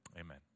Amen